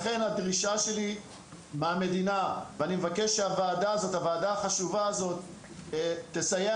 לכן הדרישה שלי מהמדינה ואני מבקש שהוועדה החשובה הזאת תסייע